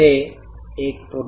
ते 1